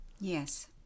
Yes